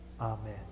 Amen